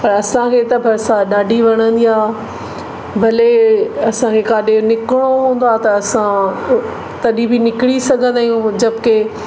पर असांखे त बरसाति ॾाढी वणंदी आहे भले असांखे किथे निकिरणो हूंदो आहे त असां तॾहिं बि निकिरी सघंदा आहियूं जबक़ी